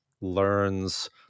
learns